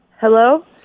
Hello